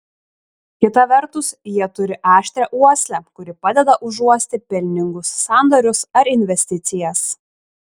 kita vertus jie turi aštrią uoslę kuri padeda užuosti pelningus sandorius ar investicijas